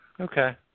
Okay